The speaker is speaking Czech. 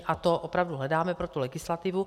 A to opravdu hledáme pro legislativu.